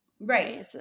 Right